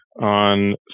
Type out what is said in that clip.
on